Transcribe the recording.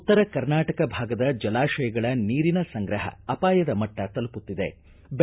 ಉತ್ತರ ಕರ್ನಾಟಕ ಭಾಗದ ಜಲಾಶಯಗಳ ನೀರಿನ ಸಂಗ್ರಹ ಅಪಾಯದ ಮಟ್ಟ ತಲುಪುತ್ತಿವೆ